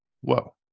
whoa